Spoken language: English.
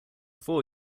four